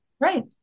right